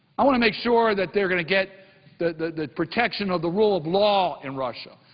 i want to make sure that they are going to get the protection of the rule of law in russia.